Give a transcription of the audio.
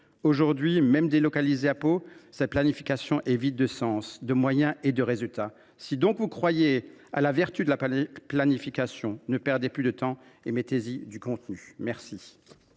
Aujourd’hui, même délocalisée à Pau, cette planification est vide de sens, de moyens et de résultats. Si vous croyez à la vertu de la planification, ne perdez plus de temps et mettez y du contenu !